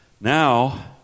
Now